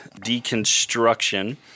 deconstruction